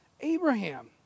Abraham